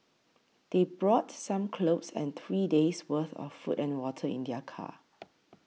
they brought some clothes and three days' worth of food and water in their car